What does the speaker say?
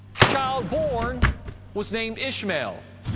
the child born was named ishmael,